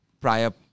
prior